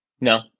No